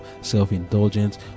self-indulgence